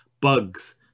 bugs